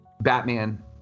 Batman